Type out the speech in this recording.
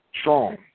strong